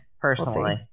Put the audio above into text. personally